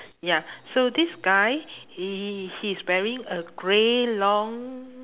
ya so this guy he he's wearing a grey long